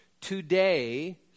today